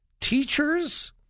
teachers